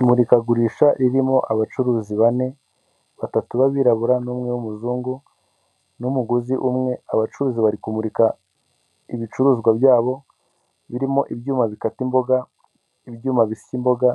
Imurikagurisha ririmo abacuruzi bane batatu b'abirabura n'umwe w'umuzungu n'umuguzi umwe, abacuruzi bari kumurika ibicuruzwa byabo birimo ibyuma bikata imboga, ibyuma bisya imboga